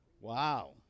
Wow